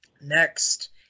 Next